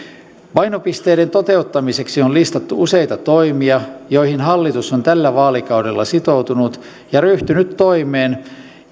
painopisteiden toteuttamiseksi on listattu useita toimia joihin hallitus on tällä vaalikaudella sitoutunut ja ryhtynyt toimeen